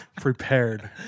prepared